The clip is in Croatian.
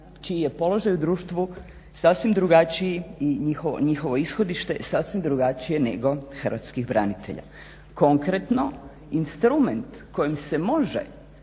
čiji je položaj u društvu sasvim drugačiji i njihovo ishodište sasvim drugačije nego hrvatskih branitelja. Konkretno instrument kojim se može